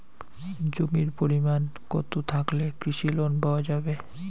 জমির পরিমাণ কতো থাকলে কৃষি লোন পাওয়া যাবে?